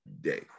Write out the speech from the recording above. day